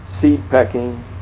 seed-pecking